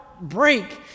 break